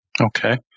Okay